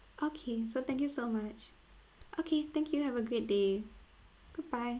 okay so thank you so much okay thank you have a great day goodbye